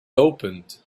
opened